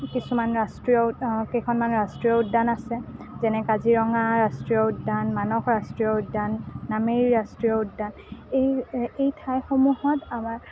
কিছুমান ৰাষ্ট্ৰীয় কেইখনমান ৰাষ্ট্ৰীয় উদ্যান আছে যেনে কাজিৰঙা ৰাষ্ট্ৰীয় উদ্যান মানস ৰাষ্ট্ৰীয় উদ্যান নামেৰি ৰাষ্ট্ৰীয় উদ্যান এই এই ঠাইসমূহত আমাৰ